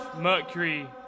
Mercury